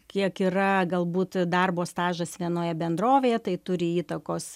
kiek yra galbūt darbo stažas vienoje bendrovėje tai turi įtakos